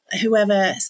whoever